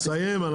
טוב, תשלים.